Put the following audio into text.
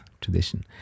tradition